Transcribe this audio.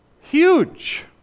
huge